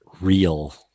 real